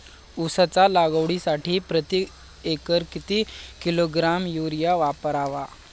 उसाच्या लागवडीसाठी प्रति एकर किती किलोग्रॅम युरिया वापरावा?